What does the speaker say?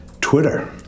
Twitter